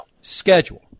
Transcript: schedule